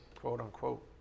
quote-unquote